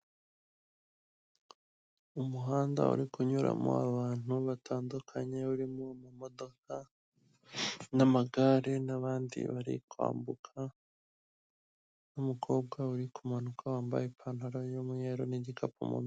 Umuhanda uri kunyuramo abantu batandukanye urimo: amamodoka. n'amagare n'abandi bari kwambuka n'umukobwa uri kumanuka wambaye ipantaro y'umweru n'igikapu mu.